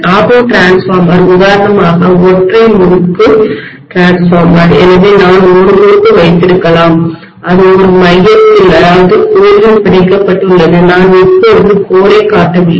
auto transformer உதாரணமாக ஒற்றை முறுக்கு மின்மாற்றி டிரான்ஸ்ஃபார்மர் எனவே நான் ஒரு முறுக்கு வைத்திருக்கலாம் அது ஒரு மையத்தில் கோரில் பிணைக்கப்பட்டுள்ளது நான் இப்போது மையத்தைக் கோரை காட்டவில்லை